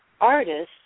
artists